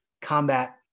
combat